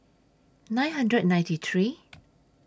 nine hundred and ninety three